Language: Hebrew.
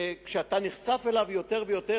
כשאתה נחשף אליו יותר ויותר,